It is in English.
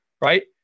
right